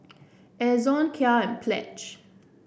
Ezion Kia and Pledge